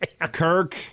kirk